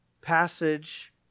passage